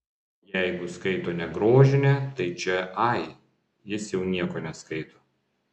o jeigu skaito ne grožinę tai čia ai jis jau nieko neskaito